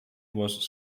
was